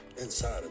inside